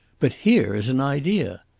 but here is an idea!